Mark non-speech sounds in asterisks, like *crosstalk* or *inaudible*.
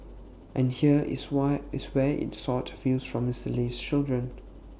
and here is *unintelligible* where IT sought views from Mr Lee's children